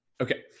okay